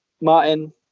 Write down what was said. Martin